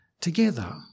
together